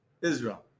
Israel